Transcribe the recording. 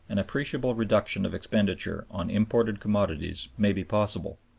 an appreciable reduction of expenditure on imported commodities may be possible.